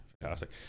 Fantastic